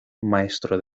maestro